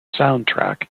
soundtrack